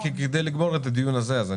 חשוב לציין, גם